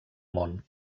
món